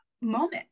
moment